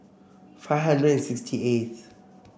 five hundred and sixty eighth